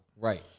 Right